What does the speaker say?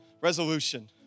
resolution